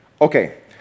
Okay